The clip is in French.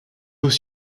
eaux